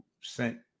sent